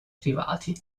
privati